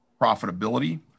profitability